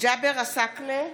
ג'אבר עסאקלה,